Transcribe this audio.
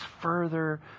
further